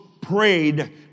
prayed